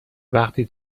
وقتی